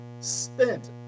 spent